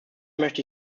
möchte